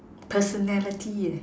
personality eh